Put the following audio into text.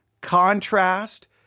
Contrast